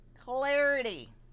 clarity